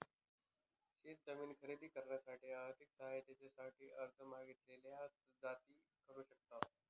शेत जमीन खरेदी करण्यासाठी आर्थिक सहाय्यते साठी अर्ज मागासलेल्या जाती करू शकतात